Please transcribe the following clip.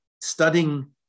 studying